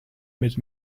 mit